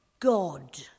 God